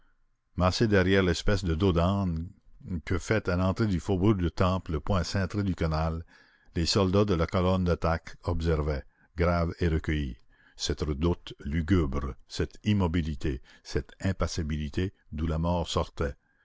massés derrière l'espèce de dos d'âne que fait à l'entrée du faubourg du temple le pont cintré du canal les soldats de la colonne d'attaque observaient graves et recueillis cette redoute lugubre cette immobilité cette impassibilité d'où la mort sortait